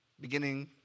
Beginning